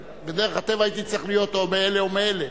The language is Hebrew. בדרך הטבע הייתי צריך להיות או מאלה או מאלה,